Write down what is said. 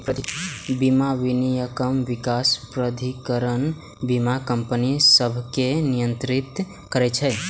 बीमा विनियामक विकास प्राधिकरण बीमा कंपनी सभकें नियंत्रित करै छै